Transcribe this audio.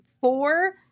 four